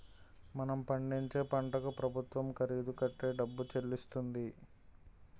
మనం పండించే పంటకు ప్రభుత్వం ఖరీదు కట్టే డబ్బు చెల్లిస్తుంది